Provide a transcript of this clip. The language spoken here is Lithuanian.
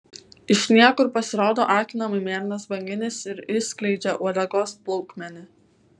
iš niekur pasirodo akinamai mėlynas banginis ir išskleidžia uodegos plaukmenį